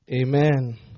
Amen